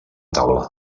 taula